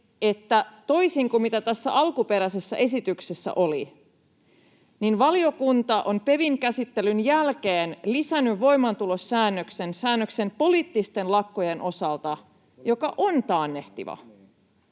että toisin kuin mitä tässä alkuperäisessä esityksessä oli, niin valiokunta on PeVin käsittelyn jälkeen lisännyt voimaantulosäännöksen — säännöksen poliittisten lakkojen osalta, joka on taannehtiva.